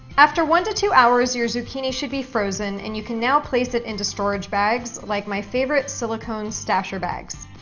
after one to two hours, your zucchini should be frozen and you can now place it into storage bags like my favorite silicone stasher bags.